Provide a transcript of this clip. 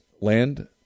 land